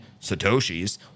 Satoshis